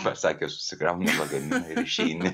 pasakė susikrauni lagaminą ir išeini